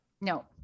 No